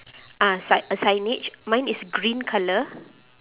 ah si~ a signage mine is green colour